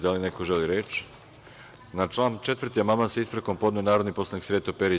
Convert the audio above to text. Da li neko želi reč? (Ne) Na član 4. amandman, sa ispravkom, je podneo narodni poslanik Sreto Perić.